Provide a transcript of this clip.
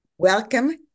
Welcome